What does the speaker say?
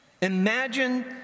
imagine